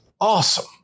awesome